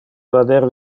vader